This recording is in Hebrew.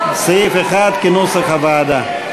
סעיף 1, כהצעת הוועדה,